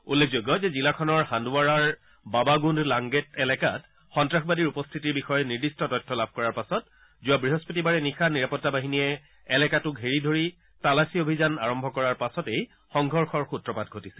উল্লেখযোগ্য যে জিলাখনৰ হান্দৱাৰাৰ বাবাগুণ্ড লাংগেত এলেকাত সন্নাসবাদীৰ উপস্থিতিৰ বিষয়ে নিৰ্দিষ্ট তথ্য লাভ কৰাৰ পাছত যোৱা বৃহস্পতিবাৰে নিশা নিৰাপত্তা বাহিনীয়ে এলেকাটো ঘেৰি ধৰি তালাচী অভিযান আৰম্ভ কৰাৰ পাছতেই সংঘৰ্যৰ সূত্ৰপাত ঘটিছিল